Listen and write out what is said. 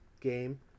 game